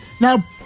now